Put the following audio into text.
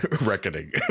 reckoning